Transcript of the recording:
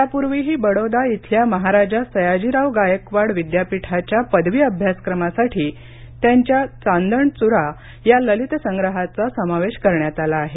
यापूर्वीही बडोदा इथल्या महाराजा सयाजीराव गायकवाड विद्यापीठाच्या पदवी अभ्यासक्रमासाठी त्यांच्या चांदणच्रा या ललित संग्रहाचा समावेश करण्यात आला आहे